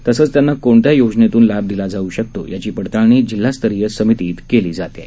तसंच त्यांना कोणत्या योजनेतून लाभ दिला जाऊ शकतो याची पडताळणी जिल्हास्तरीय समितीमध्ये केले जाते